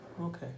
Okay